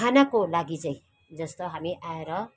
खानाको लागि चाहिँ जस्तो हामी आएर